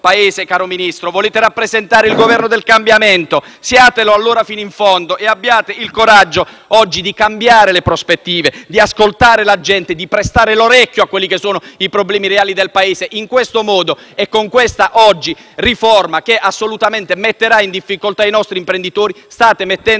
Paese, signor Ministro. Volete rappresentare il Governo del cambiamento? Siatelo allora fino in fondo e abbiate il coraggio oggi di cambiare le prospettive, di ascoltare la gente, di prestare l'orecchio ai problemi reali del Paese. In siffatto modo, e oggi con questa riforma che metterà in assoluta difficoltà i nostri imprenditori, state mettendo